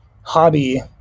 hobby